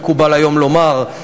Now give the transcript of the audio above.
מקובל היום לומר,